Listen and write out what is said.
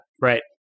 Right